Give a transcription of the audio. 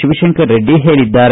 ಶಿವಶಂಕರರೆಡ್ಡಿ ಹೇಳಿದ್ದಾರೆ